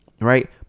right